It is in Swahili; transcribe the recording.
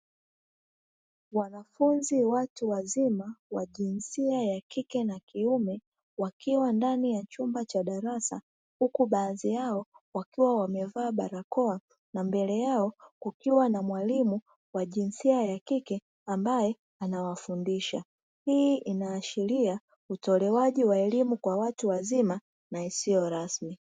Wanafunzi watu wazima wa jinsia ya kike na kiume, wakiwa ndani ya chumba cha darasa, huku baadhi yao wakiwa wamevaa barakoa, na mbele yao kukiwa na mwalimu wa jinsia ya kike ambaye anawafundisha, hii inaashiria utolewaji wa elimu kwa watu wazima na isiyo rasmi.